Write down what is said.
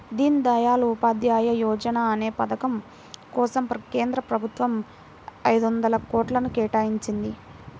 దీన్ దయాళ్ ఉపాధ్యాయ యోజనా అనే పథకం కోసం కేంద్ర ప్రభుత్వం ఐదొందల కోట్లను కేటాయించింది